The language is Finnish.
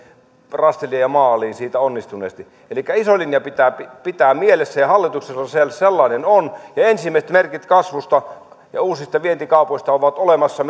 rastille ja maaliin siitä onnistuneesti elikkä iso linja pitää pitää pitää mielessä ja hallituksella sellainen on ja ensimmäiset merkit kasvusta ja uusista vientikaupoista ovat olemassa